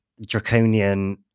draconian